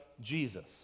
Jesus